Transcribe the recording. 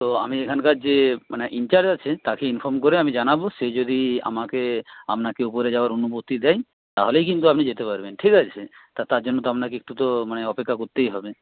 তো আমি এখানকার যে মানে ইনচার্জ আছে তাকে ইনফর্ম করে আমি জানাবো সে যদি আমাকে আপনাকে উপরে যাওয়ার অনুমতি দেয় তাহলেই কিন্তু আপনি যেতে পারবেন ঠিক আছে তা তার জন্য তো আপনাকে একটু তো মানে অপেক্ষা করতেই হবে